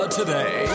today